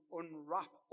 unwrap